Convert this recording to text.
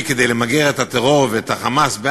כדי למגר את הטרור ואת ה"חמאס" בעזה,